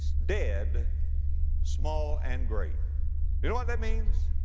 dead small and great you know ah that means?